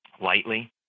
lightly